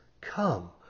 come